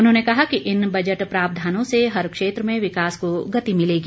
उन्होंने कहा कि इन बजट प्रावधानों से हर क्षेत्र में विकास को गति मिलेगी